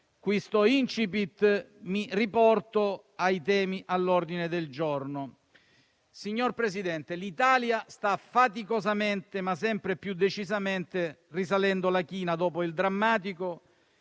questo *incipit*, mi riporto ai temi all'ordine del giorno. Signor Presidente, l'Italia sta faticosamente, ma sempre più decisamente, risalendo la china dopo il drammatico